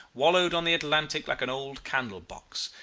wallowed on the atlantic like an old candlebox.